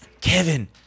Kevin